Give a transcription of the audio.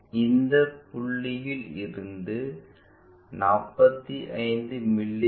இந்த புள்ளியில் இருந்து 45 மி